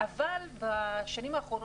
אבל בשנים האחרונות,